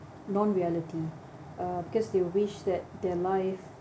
non reality uh because they wish that their life